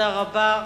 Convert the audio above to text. תודה רבה.